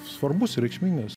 svarbus ir reikšmingas